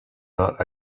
not